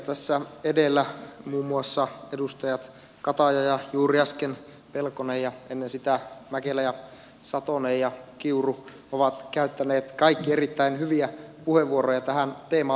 tässä edellä muun muassa edustajat kataja ja juuri äsken pelkonen ja ennen sitä mäkelä ja satonen ja kiuru ovat käyttäneet kaikki erittäin hyviä puheenvuoroja tähän teemaan liittyen